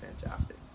fantastic